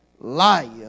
liar